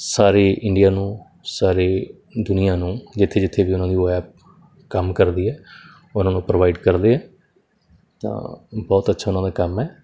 ਸਾਰੇ ਇੰਡੀਆ ਨੂੰ ਸਾਰੇ ਦੁਨੀਆਂ ਨੂੰ ਜਿੱਥੇ ਜਿੱਥੇ ਵੀ ਉਹਨਾਂ ਦੀ ਉਹ ਐਪ ਕੰਮ ਕਰਦੀ ਹੈ ਉਹਨਾਂ ਨੂੰ ਪ੍ਰੋਵਾਈਡ ਕਰਦੇ ਆ ਤਾਂ ਬਹੁਤ ਅੱਛਾ ਉਹਨਾਂ ਦਾ ਕੰਮ ਹੈ